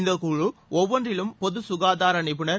இந்தக் குழு ஒவ்வொன்றிலும் பொது சுகாதார நிபுணர்